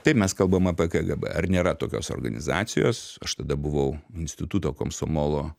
taip mes kalbam apie kgb ar nėra tokios organizacijos aš tada buvau instituto komsomolo